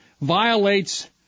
violates